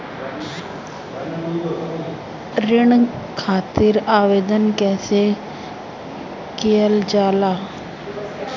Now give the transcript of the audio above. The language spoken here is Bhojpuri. ऋण खातिर आवेदन कैसे कयील जाला?